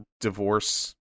divorce